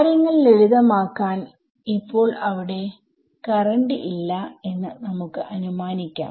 കാര്യങ്ങൾ ലളിതമാക്കാൻ ഇപ്പോൾ അവിടെ കറണ്ട്ഇല്ല എന്ന് നമുക്ക് അനുമാനിക്കാം